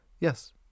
yes